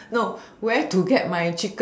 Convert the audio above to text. no where to get my chicken rice